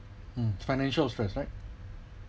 mm financial stress right